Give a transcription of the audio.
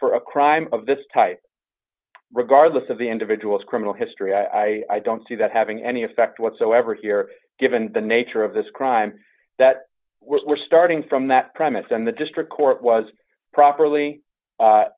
for a crime of this type regardless of the individual's criminal history i don't see that having any effect whatsoever here given the nature of this crime that we're starting from that premise and the district court was properly